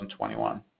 2021